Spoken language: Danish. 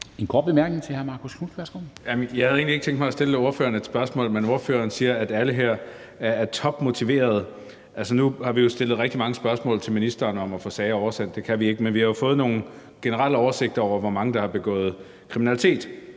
Knuth. Værsgo. Kl. 17:41 Marcus Knuth (KF): Jeg havde egentlig ikke tænkt mig at stille ordføreren et spørgsmål, men ordføreren siger, at alle her er topmotiverede. Altså, nu har vi jo stillet rigtig mange spørgsmål til ministeren om at få sager oversendt – det kan vi ikke få – men vi har jo fået nogle generelle oversigter over, hvor mange der har begået kriminalitet.